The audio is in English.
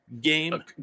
game